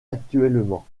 actuellement